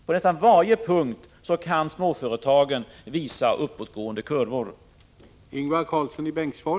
På nästan varje punkt kan småföretagen visa uppåtgående kurvor.